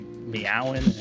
meowing